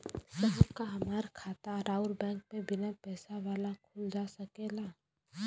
साहब का हमार खाता राऊर बैंक में बीना पैसा वाला खुल जा सकेला?